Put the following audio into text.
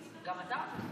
גם אתה אומר.